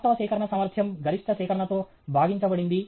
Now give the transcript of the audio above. వాస్తవ సేకరణ సామర్థ్యం గరిష్ట సేకరణతో భాగించబడింది